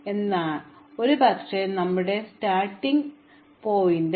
അതിനാൽ ഞങ്ങൾ രൂപകൽപ്പന ചെയ്യണം അത്തരമൊരു പ്രശ്നത്തിൽ നാം നിയുക്തനാകണം എന്താണ് ആരംഭ വെർട്ടെക്സ്